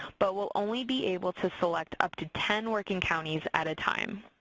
but will only be able to select up to ten working counties at a time.